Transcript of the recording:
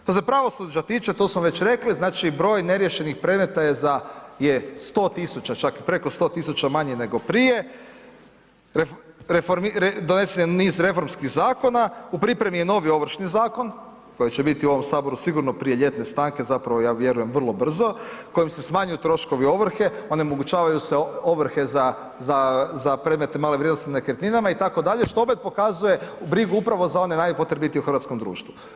Što se pravosuđa tiče, to smo već rekli, znači, broj neriješenih predmeta je za 100 000 čak, preko 100 000 manji nego prije, donesen niz reformskih zakona, u pripremi je novi Ovršni zakon koji će biti u ovom HS sigurno prije ljetne stanke, zapravo ja vjerujem vrlo brzo kojim se smanjuju troškovi ovrhe, onemogućavaju se ovrhe za predmete male vrijednosti na nekretninama itd., što opet pokazuje brigu upravo za one najpotrebitije u hrvatskom društvu.